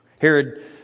Herod